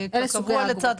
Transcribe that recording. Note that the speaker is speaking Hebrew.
אלה סוגי האגרות?